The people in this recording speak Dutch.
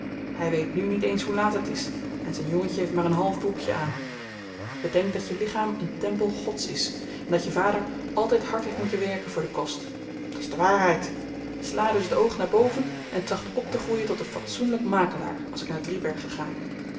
hy weet nu niet eens hoe laat het is en zyn jongetje heeft maar een half broekjen aan bedenk dat je lichaam een tempel gods is en dat je vader altyd hard heeft moeten werken voor den kost t is de waarheid sla dus t oog naar boven en tracht optegroeien tot een fatsoenlyk makelaar als ik naar driebergen ga